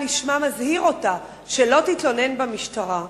נשמע מזהיר אותה שלא תתלונן במשטרה.